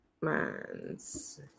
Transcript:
Minds